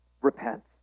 repent